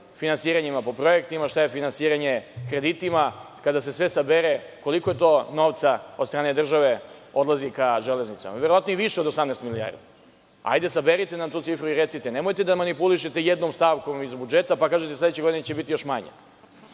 finansiranjima po projektima, šta je finansiranje kreditima? Kada se sve sabere, koliko je to novca od strane države odlazi ka železnicama? Verovatno i više od 18 milijardi. Ajde saberite nam tu cifru i recite. Nemojte da manipulišete jednom stavkom iz budžeta, pa kažete sledeće godine će biti još manje.